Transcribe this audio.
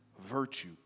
virtue